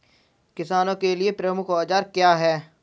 किसानों के लिए प्रमुख औजार क्या हैं?